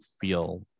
feel